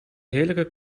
heerlijke